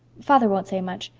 father won't say much.